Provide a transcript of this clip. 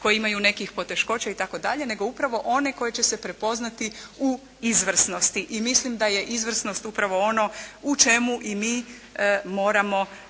koje imaju nekih poteškoća i tako dalje, nego upravo one koje će se prepoznati u izvrsnosti. I mislim da je izvrsnost upravo ono u čemu i mi moramo